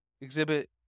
exhibit